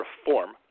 reform